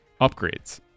upgrades